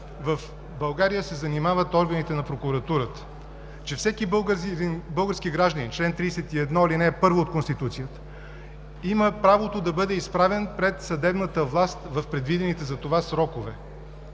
в България се занимават органите на прокуратурата, че всеки български гражданин – чл. 31, ал. 1 от Конституцията, има правото да бъде изправен пред съдебната власт в предвидените за това срокове.